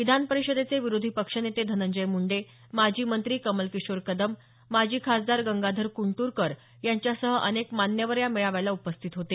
विधान परिषदेचे विरोधी पक्षनेते धनंजय मुंडे माजी मंत्री कमलकिशोर कदम माजी खासदार गंगाधर कुंटुरकर यांच्यासह अनेक मान्यवर या मेळाव्याला उपस्थित होते